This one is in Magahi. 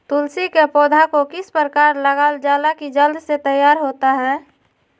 तुलसी के पौधा को किस प्रकार लगालजाला की जल्द से तैयार होता है?